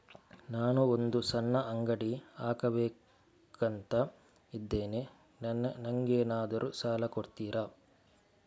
ನಾನು ಒಂದು ಸಣ್ಣ ಅಂಗಡಿ ಹಾಕಬೇಕುಂತ ಇದ್ದೇನೆ ನಂಗೇನಾದ್ರು ಸಾಲ ಕೊಡ್ತೀರಾ?